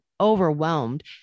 overwhelmed